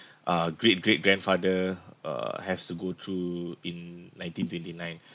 uh great great grandfather uh has to go through in nineteen twenty nine